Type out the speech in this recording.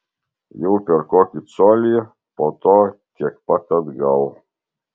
jau per kokį colį po to tiek pat atgal